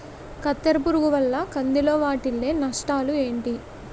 కత్తెర పురుగు వల్ల కంది లో వాటిల్ల నష్టాలు ఏంటి